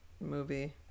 movie